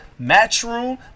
Matchroom